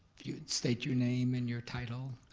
if you would, state your name and your title.